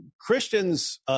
Christians